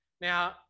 Now